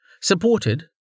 supported